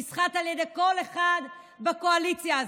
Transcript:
נסחט על ידי כל אחד בקואליציה הזאת.